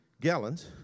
gallons